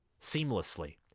seamlessly